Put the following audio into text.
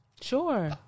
Sure